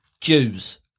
Jews